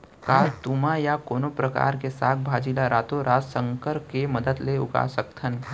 का तुमा या कोनो परकार के साग भाजी ला रातोरात संकर के मदद ले उगा सकथन?